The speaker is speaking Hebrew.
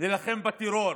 להילחם בטרור,